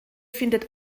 findet